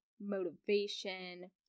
motivation